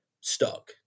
stuck